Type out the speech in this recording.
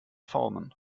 formen